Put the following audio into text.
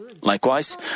Likewise